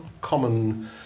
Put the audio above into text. common